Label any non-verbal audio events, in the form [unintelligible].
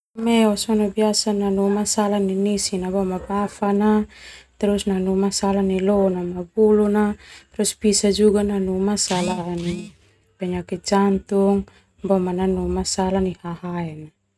Meo sona biasa nanu masalah nai nisi [unintelligible] ma bafa, terus nanu masalah nai lo na ma bulu na, terus bisa juga nanu masalah [noise] penyakit jantung boma no masalah hahae.